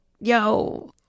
yo